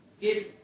give